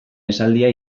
esaldia